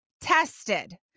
tested